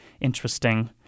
Interesting